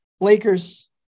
Lakers